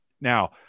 Now